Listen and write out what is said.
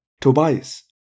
Tobias